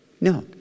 No